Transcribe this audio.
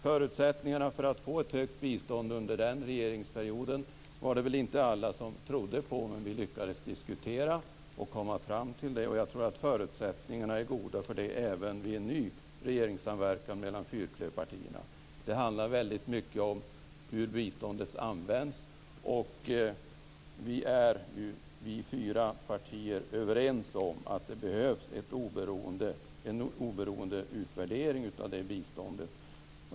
Förutsättningarna för att få ett högt bistånd under den regeringsperioden trodde inte alla på, men vi lyckades ändå diskutera och komma fram till det. Jag tror att förutsättningarna för detta är goda även vid en ny regeringssamverkan mellan fyrklöverpartierna. Det handlar väldigt mycket om hur biståndet används, och vi fyra partier är överens om att det behövs en oberoende utvärdering av biståndet.